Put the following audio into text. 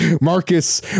Marcus